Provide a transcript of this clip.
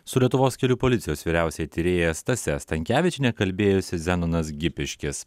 su lietuvos kelių policijos vyriausia tyrėja stase stankevičiene kalbėjosi zenonas gipiškis